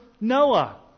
Noah